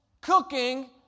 cooking